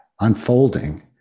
unfolding